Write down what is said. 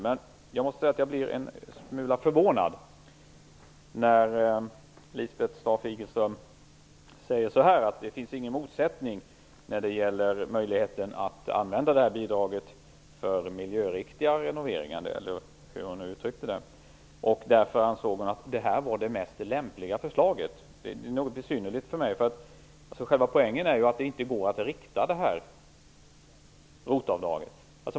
Men jag blir en smula förvånad när Lisbeth Staaf Igelström säger att det inte finns någon motsättning när det gäller möjligheten att använda detta bidrag för miljöriktiga renoveringar, eller hur hon nu uttryckte det, och därför ansåg hon att det här var det mest lämpliga förslaget. Det är något besynnerligt för mig. Själva poängen är ju att det inte går att rikta det här ROT-avdraget.